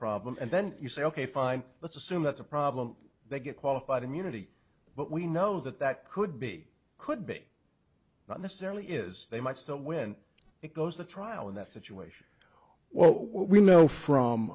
problem and then you say ok fine let's assume that's a problem they get qualified immunity but we know that that could be could be not necessarily is they much that when it goes to trial in that situation well we know from